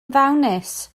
ddawnus